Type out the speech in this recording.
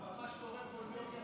אבל מה שקורה פה, יש